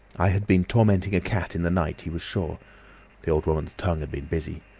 i had been tormenting a cat in the night, he was sure the old woman's tongue had been busy.